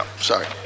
Sorry